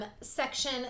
section